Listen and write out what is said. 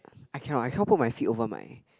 I cannot I cannot put my sit over my